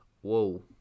Whoa